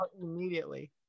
immediately